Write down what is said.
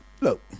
look